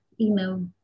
email